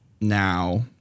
now